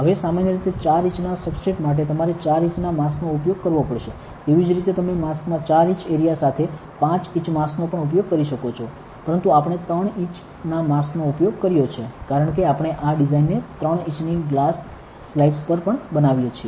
હવે સામાન્ય રીતે 4 ઇંચના સબસ્ટ્રેટ માટે તમારે 4 ઇંચ ના માસ્કનો ઉપયોગ કરવો પડશે તેવી જ રીતે તમે માસ્ક માં 4 ઇંચ એરિયા સાથે 5 ઇંચ માસ્કનો પણ ઉપયોગ કરી શકો છો પરંતુ આપણે 3 ઇંચના માસ્કનો ઉપયોગ કર્યો છે કારણ કે આપણે આ ડિઝાઇનને 3 ઇંચની ગ્લાસ સ્લાઇડ્સ પર પણ બનાવીએ છીએ